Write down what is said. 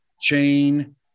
chain